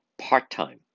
part-time